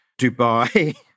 Dubai